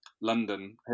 London